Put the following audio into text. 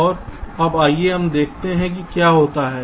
तो अब आइए देखें कि क्या होता है